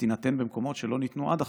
שתינתן במקומות שלא ניתנו עד עכשיו,